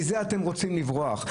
מזה אתם רוצים לברוח.